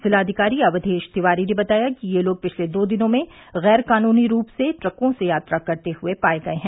जिलाधिकारी अवधेश तिवारी ने बताया कि ये लोग पिछले दो दिनों में गैरकानुनी रूप से ट्रकों से यात्रा करते हए पाए गए हैं